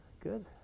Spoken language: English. good